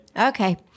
Okay